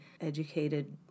educated